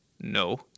no